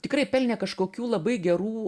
tikrai pelnė kažkokių labai gerų